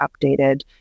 updated